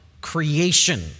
creation